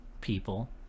people